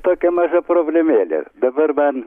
tokia maža problemėlė dabar man